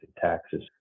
taxes